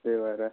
त्यही भएर